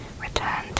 returned